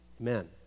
Amen